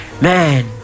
man